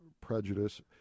prejudice